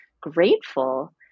grateful